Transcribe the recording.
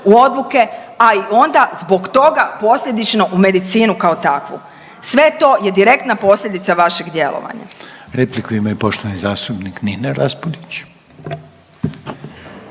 u odluke a i onda zbog toga posljedično u medicinu kao takvu. Sve to je direktna posljedica vašeg djelovanja. **Reiner, Željko (HDZ)** Repliku ima i poštovani zastupnik Nino Raspudić.